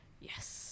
Yes